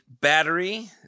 battery